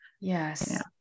Yes